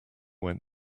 went